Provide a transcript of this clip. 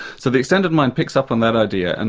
so the extended mind picks up on that idea, and